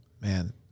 man